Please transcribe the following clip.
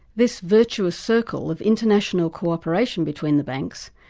this virtuous circle of international co-operation between the banks,